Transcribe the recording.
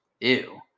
ew